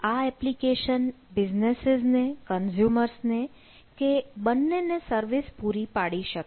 આ application businesses ને કે બંનેને સર્વિસ પૂરી પાડી શકે